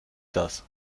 das